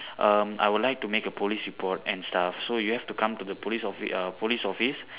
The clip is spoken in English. um I would like to make a police report and stuff so you have to come to the police office err police office